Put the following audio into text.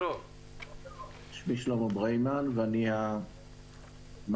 שמי שלמה ברימן ואני המנכ"ל